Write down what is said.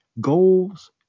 goals